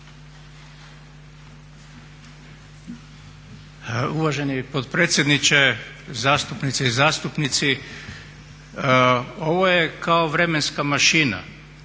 Uvaženi potpredsjedniče, zastupnice i zastupnici. Ovo je kao vremenska mašina.